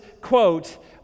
quote